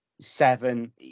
Seven